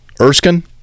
Erskine